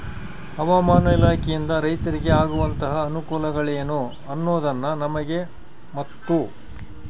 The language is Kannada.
ಹವಾಮಾನ ಇಲಾಖೆಯಿಂದ ರೈತರಿಗೆ ಆಗುವಂತಹ ಅನುಕೂಲಗಳೇನು ಅನ್ನೋದನ್ನ ನಮಗೆ ಮತ್ತು?